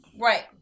Right